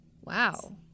Wow